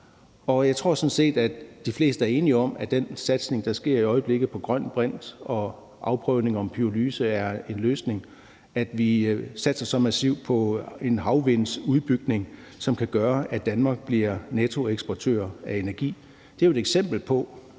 de fleste er enige i, at den satsning, der sker i øjeblikket på grøn brint, og afprøvningen af, om pyrolyse er en løsning, og det, at vi satser så massivt på en udbygning af havvindmøller, som kan gøre, at Danmark bliver nettoeksportør af energi, jo er eksempler på,